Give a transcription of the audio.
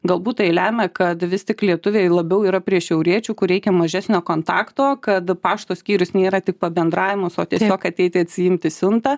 galbūt tai lemia kad vis tik lietuviai labiau yra prie šiauriečių kur reikia mažesnio kontakto kad pašto skyrius nėra tik pabendravimas o tiesiog ateiti atsiimti siuntą